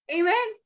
Amen